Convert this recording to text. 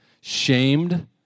shamed